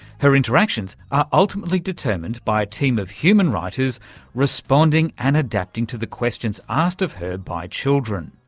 her interactions are ultimately determined by a team of human writers responding and adapting to the questions asked of her by children.